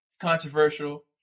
controversial